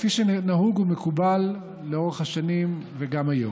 כפי שנהוג ומקובל לאורך השנים וגם היום.